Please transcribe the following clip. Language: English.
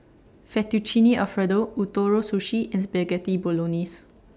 Fettuccine Alfredo Ootoro Sushi and Spaghetti Bolognese